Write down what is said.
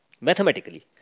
Mathematically